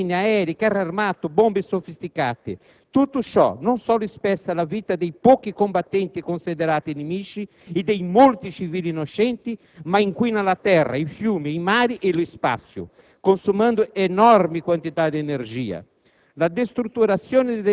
La guerra tecnologica si perfezionò, con flotte di navi, sottomarini, aerei, carri armati, bombe sofisticate. Tutto ciò non solo spezza la vita di pochi combattenti considerati nemici e di molti civili innocenti, ma inquina la terra, i fiumi, i mari e lo spazio,